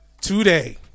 Today